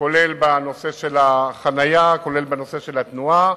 גם בנושא החנייה וגם בנושא התנועה.